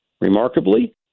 remarkably